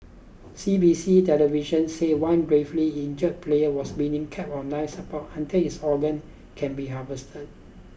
C B C television said one gravely injured player was being kept on life support until his organs can be harvested